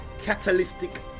catalytic